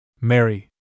Mary